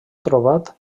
trobat